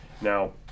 Now